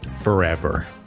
forever